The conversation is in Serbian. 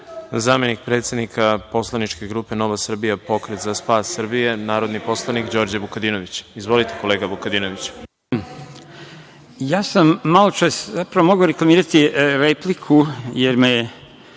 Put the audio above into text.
zamenik predsednika poslaničke grupe NS-Pokret za spas Srbije, narodni poslanik Đorđe Vukadinović. Izvolite. **Đorđe Vukadinović** Ja sam malo čas zapravo mogao reklamirati repliku, jer me